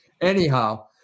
Anyhow